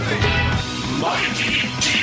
Mighty